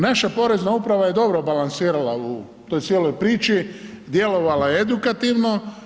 Naša porezna uprava je dobro balansirala u toj cijeloj priči, djelovala je edukativno.